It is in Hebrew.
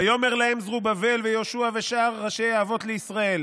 "ויאמר להם זרבבל וישוע ושאר ראשי האבות לישראל